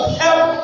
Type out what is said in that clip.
help